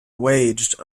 waged